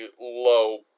low